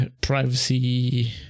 privacy